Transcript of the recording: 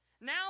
Now